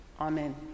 Amen